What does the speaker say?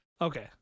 Okay